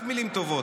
רק מילים טובות.